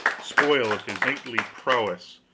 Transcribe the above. spoil of his knightly prowess